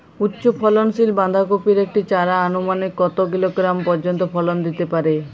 উচ্চ ফলনশীল বাঁধাকপির একটি চারা আনুমানিক কত কিলোগ্রাম পর্যন্ত ফলন দিতে পারে?